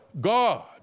God